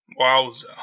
Wowza